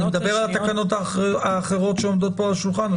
אני מדבר על התקנות האחרות שעומדות פה על השולחן,